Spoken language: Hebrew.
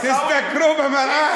תסתכלו במראה, חברים.